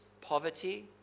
poverty